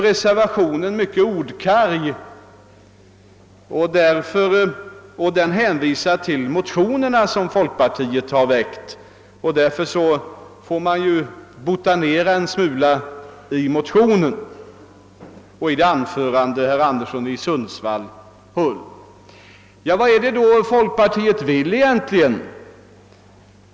Reservationen är mycket ordkarg och hänvisar till de motioner som folkpartiet har väckt. Därför får man botanisera en smula bland motionerna och i det anförande herr Anderson i Sundsvall hållit. Vad är det då folkpartiet vill egentligen?